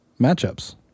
Matchups